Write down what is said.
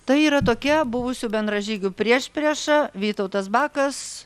tai yra tokia buvusių bendražygių priešprieša vytautas bakas